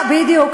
בדיוק.